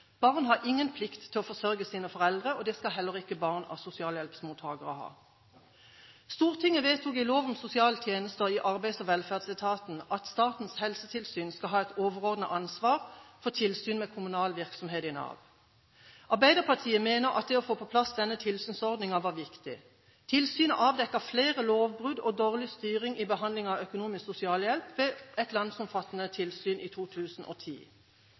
Barn har ingen plikt til å forsørge sine foreldre, og det skal heller ikke barn av sosialhjelpsmottakere ha. Stortinget vedtok i lov om sosiale tjenester i Arbeids- og velferdsetaten at Statens helsetilsyn skal ha et overordnet ansvar for tilsyn med kommunal virksomhet i Nav. Arbeiderpartiet mener at det å få på plass denne tilsynsordningen har vært viktig. Tilsynet avdekket flere lovbrudd og dårlig styring i behandlingen av økonomisk sosialhjelp ved et landsomfattende tilsyn i 2010.